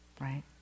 Right